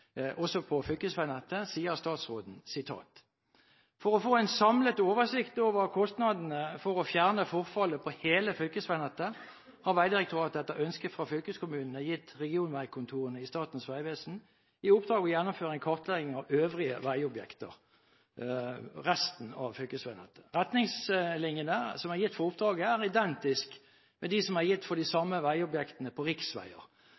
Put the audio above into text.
også på fylkesveinettet, sier statsråden: «For å få en samlet oversikt over kostnaden for å fjerne forfallet på hele fylkesvegnettet har Vegdirektoratet etter ønske fra fylkeskommunene gitt regionvegkontorene i Statens vegvesen i oppdrag å gjennomføre en kartlegging av øvrige vegobjekter på fylkesvegnettet. Retningslinjene som er gitt for oppdraget, er identiske med de som ble gitt for de samme vegobjekter på